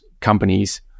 companies